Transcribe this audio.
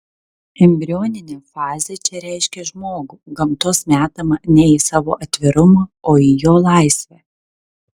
embrioninė fazė čia reiškia žmogų gamtos metamą ne į savo atvirumą o į jo laisvę